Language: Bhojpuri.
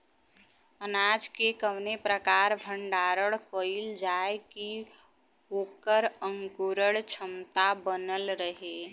अनाज क कवने प्रकार भण्डारण कइल जाय कि वोकर अंकुरण क्षमता बनल रहे?